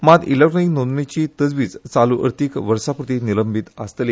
मात इलॅक्ट्रॉनिक नोंदणीची तरतूद चालू अर्थिक वर्सापुरती निलंबित आसतली